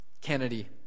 Kennedy